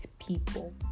people